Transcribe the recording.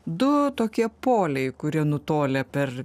du tokie poliai kurie nutolę per